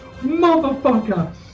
Motherfucker